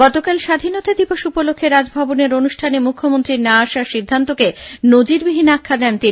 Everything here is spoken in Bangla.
গতকাল স্বাধীনতা দিবস উপলক্ষে রাজভবনের অনুষ্ঠানে মুখ্যমন্ত্রীর না আসার সিদ্ধান্তকে নজিরবিহীন আখ্যা দেন তিনি